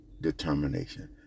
determination